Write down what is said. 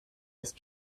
ist